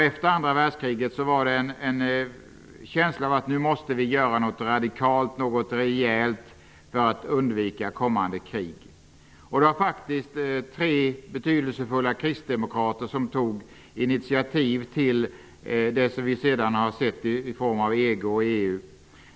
Efter andra världskriget fanns det en känsla av att vi nu måste göra något radikalt för att undvika kommande krig. Det var faktiskt tre betydelsefulla kristdemokrater som tog initiativ till det som vi sedan har sett i form av EG och EU.